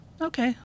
Okay